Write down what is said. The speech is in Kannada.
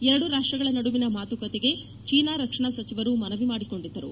ಎರಡು ರಾಷ್ಟ್ರಗಳ ನಡುವಿನ ಮಾತುಕತೆಗೆ ಚೀನಾ ರಕ್ಷಣಾ ಸಚಿವರು ಮನವಿ ಮಾಡಿಕೊಂಡಿದ್ದರು